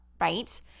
right